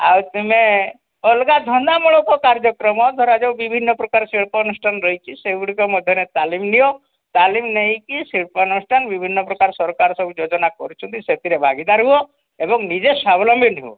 ଆଉ ତୁମେ ଅଲଗା ଧନ୍ଦାମୂଳକ କାର୍ଯ୍ୟକ୍ରମ ଧରାଯାଉ ବିଭିନ୍ନ ପ୍ରକାର ଶିଳ୍ପ ଅନୁଷ୍ଠାନ ରହିଛି ସେଗୁଡ଼ିକ ମଧ୍ୟରେ ତାଲିମ ନିଅ ତାଲିମ ନେଇକି ଶିଳ୍ପାନୁଷ୍ଠାନ ବିଭିନ୍ନ ପ୍ରକାର ସରକାର ସବୁ ଯୋଜନା କରୁଛନ୍ତି ସେଥିରେ ଭାଗୀଦାର ହୁଅ ଏବଂ ନିଜେ ସ୍ୱାବଲମ୍ବୀ ହୁଅ